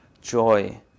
Joy